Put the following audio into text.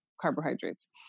carbohydrates